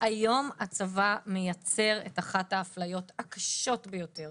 היום הצבא מייצר את אחת האפליות הקשות ביותר